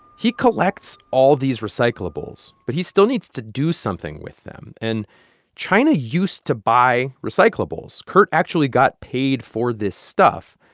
he collects all these recyclables, but he still needs to do something with them. and china used to buy recyclables. kurt actually got paid for this stuff.